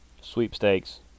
sweepstakes